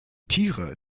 tiere